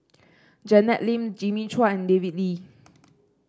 Janet Lim Jimmy Chua and David Lee